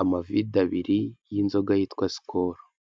amavide abiri y'inzoga yitwa sikoru.